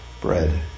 bread